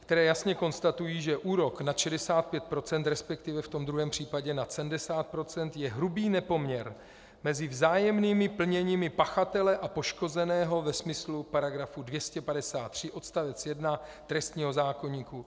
které jasně konstatují, že úrok nad 65 %, resp. ve druhém případě nad 70 %, je hrubý nepoměr mezi vzájemnými plněními pachatele a poškozeného ve smyslu § 253 odst. 1 trestního zákoníku.